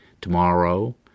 tomorrow